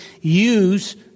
use